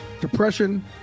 Depression